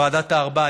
ועדת הארבעה,